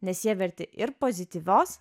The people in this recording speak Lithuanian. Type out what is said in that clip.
nes jie verti ir pozityvios